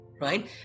right